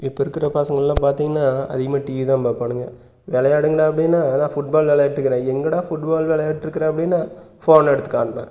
இப்போ இருக்கிற பசங்கள்லாம் பார்த்தீங்கன்னா அதிகமாக டிவி தான் பார்ப்பானுங்க விளையாடுங்கடா அப்படின்னா அதுதான் ஃபுட்பால் விளயாண்டுட்டு இருக்கிறேன் எங்கடா ஃபுட்பால் விளையாடிகிட்ருக்குற அப்படின்னா ஃபோனை எடுத்துக் காமிப்பாங்கள்